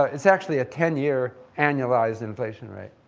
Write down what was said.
ah it's actually a ten year annualized inflation rate